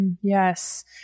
Yes